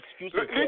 excuses